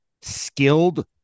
skilled